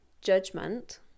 judgment